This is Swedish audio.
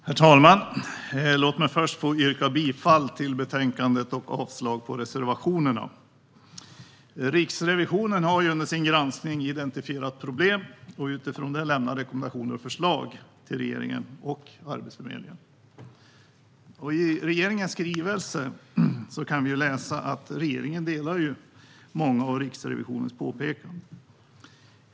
Herr talman! Låt mig först yrka bifall till utskottets förslag. Riksrevisionen har under sin granskning identifierat problem och utifrån detta lämnat rekommendationer och förslag till regeringen och Arbetsförmedlingen. I regeringens skrivelse kan vi läsa att regeringen håller med om många av Riksrevisionens påpekanden.